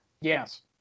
Yes